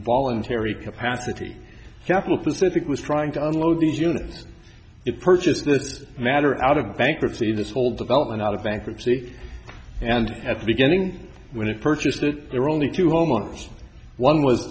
voluntary capacity capital pacific was trying to unload these units it purchased this matter out of bankruptcy this whole development out of bankruptcy and at the beginning when it purchased it there are only two homeowners one was